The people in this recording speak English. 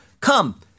Come